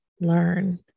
learn